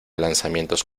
lanzamientos